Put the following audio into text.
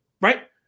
right